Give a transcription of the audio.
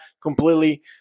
completely –